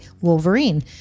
wolverine